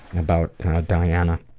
about diana.